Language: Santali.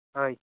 ᱦᱳᱭ